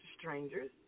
strangers